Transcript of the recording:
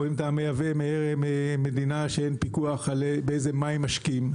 או אם אתה מייבא ממדינה שאין בה פיקוח באיזה מים משקים,